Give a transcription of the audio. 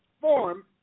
form